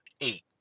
eight